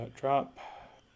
drop